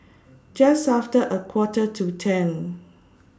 Just after A Quarter to ten